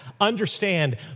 Understand